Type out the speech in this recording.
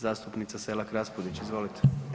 Zastupnica Selak Raspudić izvolite.